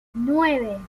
nueve